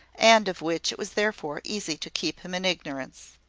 and of which it was therefore easy to keep him in ignorance.